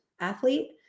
Athlete